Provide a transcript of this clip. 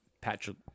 Patrick